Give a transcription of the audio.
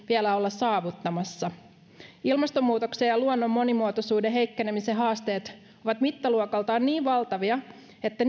vielä olla saavuttamassa ilmastonmuutoksen ja luonnon monimuotoisuuden heikkenemisen haasteet ovat mittaluokaltaan niin valtavia että